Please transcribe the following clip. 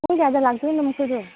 ꯄꯨꯡ ꯀꯌꯥꯗ ꯂꯥꯛꯇꯣꯏꯅꯣ ꯃꯈꯣꯏꯗꯨ